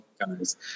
guys